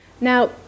Now